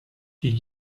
did